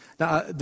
Now